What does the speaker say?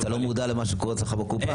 אז אתה לא מודע למה שקורה אצלך בקופה?